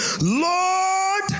Lord